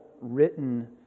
written